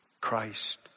Christ